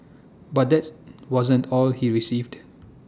but that's wasn't all he received